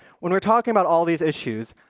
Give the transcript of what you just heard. when we're talking about all these issues,